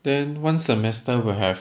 then one semester will have